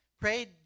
prayed